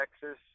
Texas